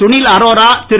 Sunil Arora Thiru